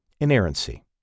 Inerrancy